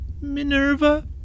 Minerva